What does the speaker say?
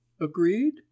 Agreed